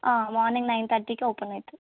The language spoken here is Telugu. మార్నింగ్ నైన్ థర్టీకి ఓపెన్ అవుతుంది